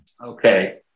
Okay